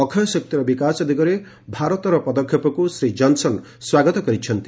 ଅକ୍ଷୟ ଶକ୍ତିର ବିକାଶ ଦିଗରେ ଭାରତର ପଦକ୍ଷେପକୁ ଶ୍ରୀ ଜନ୍ସନ୍ ସ୍ୱାଗତ କରିଛନ୍ତି